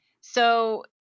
So-